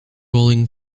rolling